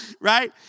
Right